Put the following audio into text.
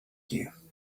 you